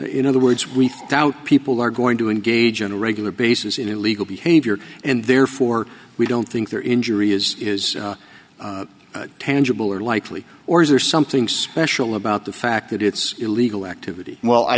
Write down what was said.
in other words we doubt people are going to engage a regular basis in illegal behavior and therefore we don't think their injury is is tangible or likely or is there something special about the fact that it's illegal activity well i